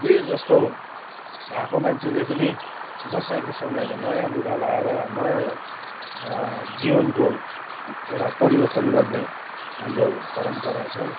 जे जस्तो भएको मान्छेले पनि दसैँको समयमा नयाँ लुगा लगाएर नयाँ जीवनको एउटा परिवर्तन गर्ने हाम्रो परम्परा छ